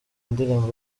indirimbo